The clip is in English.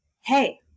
Hey